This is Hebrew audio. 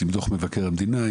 עם דוח מבקר המדינה,